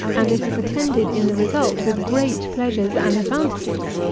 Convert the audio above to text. and it is attended in the result with great pleasures and advantages.